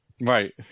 Right